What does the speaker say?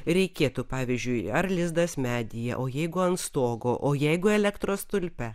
reikėtų pavyzdžiui ar lizdas medyje o jeigu ant stogo o jeigu elektros stulpe